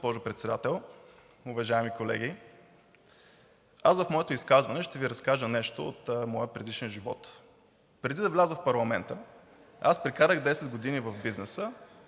госпожо Председател. Уважаеми колеги, аз в моето изказване ще Ви разкажа нещо от моя предишен живот. Преди да вляза в парламента, аз прекарах 10 години в бизнеса,